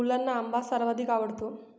मुलांना आंबा सर्वाधिक आवडतो